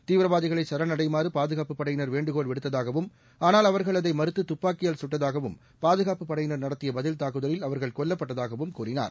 தீவிரவாதிகளை சரணடையுமாறு பாதுகாப்புப் படையினர் வேண்டுகோள் விடுத்ததாகவும் ஆனால் அவா்கள் அதை மறுத்து துப்பாக்கிபால் சுட்டதாகவும் பாதுகாப்புப் படையினா் நடத்திய பதில் தாக்குதலில் அவர்கள் கொல்லப்பட்டதாகவும் அவர் கூறினார்